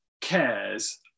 cares